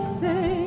say